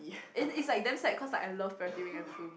and it's like damn sad cause like I love Purity Ring and Flume